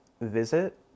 visit